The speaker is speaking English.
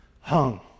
hung